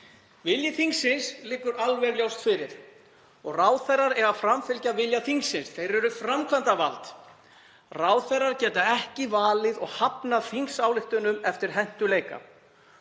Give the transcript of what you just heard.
Vilji þingsins liggur alveg ljós fyrir og ráðherrar eiga að framfylgja vilja þingsins. Þeir eru framkvæmdarvald. Ráðherrar geta ekki valið og hafnað þingsályktunum eftir hentugleika.